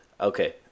okay